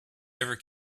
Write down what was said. ever